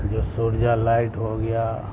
جو سورجہ لائٹ ہو گیا